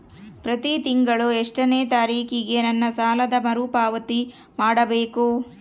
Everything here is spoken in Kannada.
ಪ್ರತಿ ತಿಂಗಳು ಎಷ್ಟನೇ ತಾರೇಕಿಗೆ ನನ್ನ ಸಾಲದ ಮರುಪಾವತಿ ಮಾಡಬೇಕು?